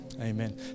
Amen